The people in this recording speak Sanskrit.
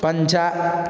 पञ्च